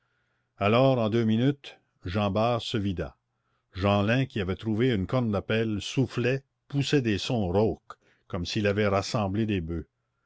alors en deux minutes jean bart se vida jeanlin qui avait trouvé une corne d'appel soufflait poussait des sons rauques comme s'il avait rassemblé des boeufs